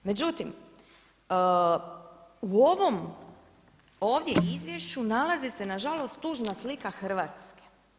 Međutim, u ovom ovdje izvješću nalazi se nažalost tužna slika Hrvatske.